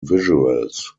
visuals